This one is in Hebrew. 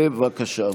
בבקשה.